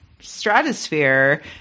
Stratosphere